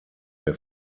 der